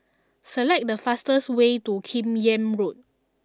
select the fastest way to Kim Yam Road